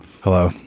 Hello